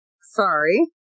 sorry